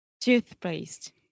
Toothpaste